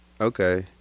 Okay